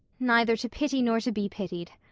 neither to pity nor to be pitied.